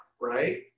right